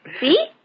See